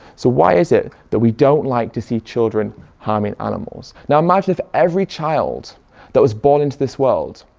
so why is it that we don't like to see children harming animals? now imagine if every child that was born into this world.